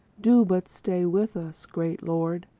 do but stay with us. great lord,